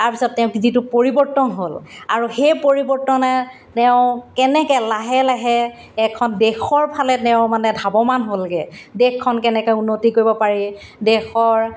তাৰপিছত তেওঁ যিটো পৰিৱৰ্তন হ'ল আৰু সেই পৰিৱৰ্তনে তেওঁ কেনেকৈ লাহে লাহে এখন দেশৰ ফালে তেওঁ মানে ধাৱমান হ'লগৈ দেশখন কেনেকৈ উন্নতি কৰিব পাৰি দেশৰ